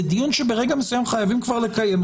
זה דיון שברגע מסוים חייבים לקיימו